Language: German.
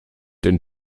den